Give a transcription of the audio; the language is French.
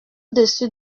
dessus